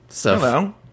Hello